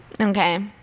Okay